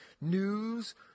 News